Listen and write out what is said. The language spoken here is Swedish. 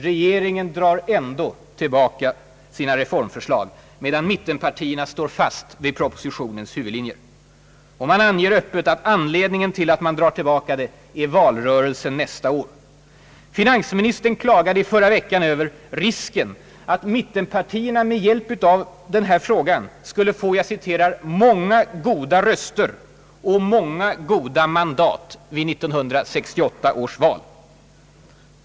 Regeringen drar ändå tillbaka sina reformförslag, medan mittenpartierna står fast vid propositionens huvudlinjer. Och man anger öppet att anledningen till att man dragit tillbaka det är valrörelsen nästa år. Finansministern klagade i förra veckan över risken att mittenpartierna med hjälp av den här frågan skulle få »många goda röster och många goda mandat vid 1968 års val».